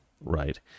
right